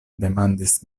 demandis